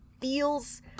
feels